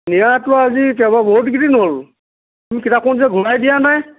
নিয়াটো আজি কেইবা বহুত কেইদিন হ'ল কিতাপখন যে ঘূৰাই দিয়া নাই